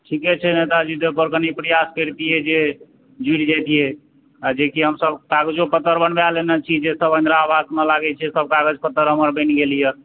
ठीके छै नेताजी तऽ एहिपर कनी प्रयास करतियै जे जुड़ि जेतियै आ जेकि हमसब कागजो पत्तर बनबाय लेने छी जे सब इन्दिरा आवासमे लागैत छै सब कागज पत्तर हमर बनि गेल यऽ